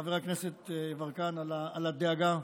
לחבר הכנסת יברקן על הדאגה,